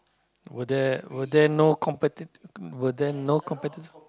were there were there no competi~ were there no competitor